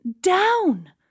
down